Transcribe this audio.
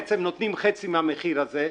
בעצם נותנים חצי מהמחיר הזה.